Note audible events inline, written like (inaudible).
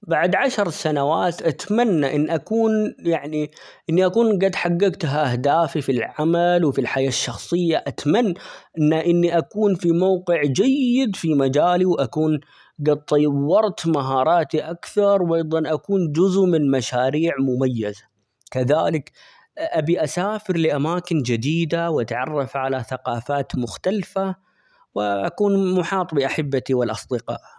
بعد عشر سنوات أتمنى إن أكون يعني (hesitation) إني أكون قد حققت -اه- أهدافي في العمل وفي الحياة الشخصية -أتمن-أتمنى إني أكون في موقع جيد في مجالي، وأكون قد -طو- طورت مهاراتي أكثر وأيضا أكون جزء من مشاريع مميزة، كذلك أبي أسافر لأماكن جديدة ،وأتعرف على ثقافات مختلفة ،وأكون -م- محاط بأحبتي والأصدقاء.